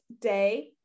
day